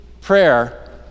prayer